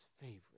favorite